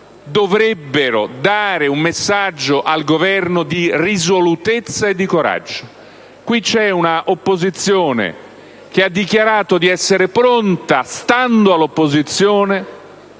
dovrebbero invece dare un messaggio al Governo di risolutezza e di coraggio. Qui c'è un'opposizione che ha dichiarato di essere pronta, stando all'opposizione,